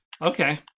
Okay